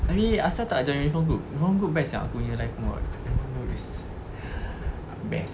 anyway asal tak join uniformed group uniformed group best sia aku nya life I don't know is best